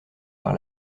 par